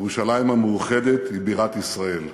ירושלים המאוחדת היא בירת ישראל.